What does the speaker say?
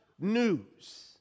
news